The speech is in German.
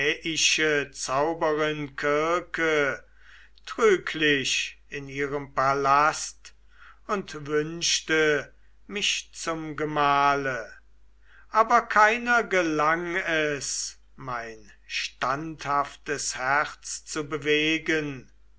zauberin kirke trüglich in ihrem palast und wünschte mich zum gemahle aber keiner gelang es mein standhaftes herz zu bewegen